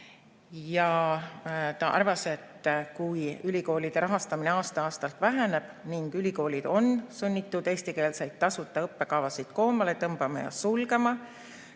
Ta arvas, et kui ülikoolide rahastamine aasta-aastalt väheneb ning ülikoolid on sunnitud eestikeelseid tasuta õppekavasid koomale tõmbama ja sulgema,